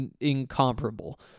incomparable